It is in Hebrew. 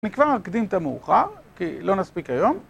אני כבר מקדים את המאוחר כי לא נספיק היום